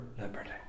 liberty